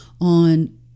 on